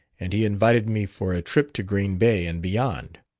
and he invited me for a trip to green bay and beyond.